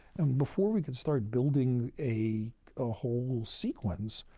and before we could start building a ah whole sequence,